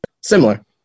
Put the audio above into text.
similar